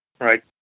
Right